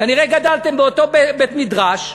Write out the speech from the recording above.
כנראה גדלתם באותו בית-מדרש,